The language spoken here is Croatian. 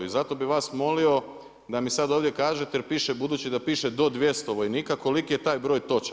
I zato bi vas molio da mi sada ovdje kažete jel piše budući da piše do 200 vojnika koliki je taj broj točan?